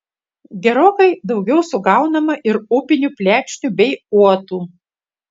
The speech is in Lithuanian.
gerokai daugiau sugaunama ir upinių plekšnių bei uotų